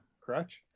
Crutch